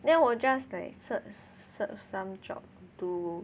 then 我 just like search search some job to